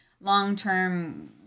long-term